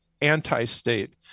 anti-state